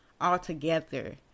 altogether